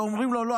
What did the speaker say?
ואומרים לו: לא,